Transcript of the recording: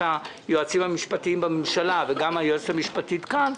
היועצים המשפטיים בממשלה וגם היועצת המשפטית כאן,